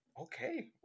okay